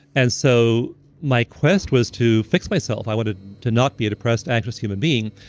and so my quest was to fix myself i wanted to not be depressed, anxious human being.